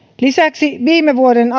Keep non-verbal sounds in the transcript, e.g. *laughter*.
lisäksi viime vuoden *unintelligible*